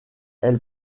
elle